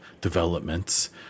developments